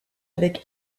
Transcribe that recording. avec